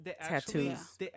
tattoos